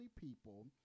people